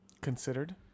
Considered